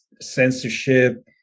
censorship